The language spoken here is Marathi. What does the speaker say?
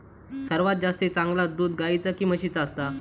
सर्वात जास्ती चांगला दूध गाईचा की म्हशीचा असता?